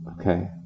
Okay